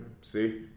See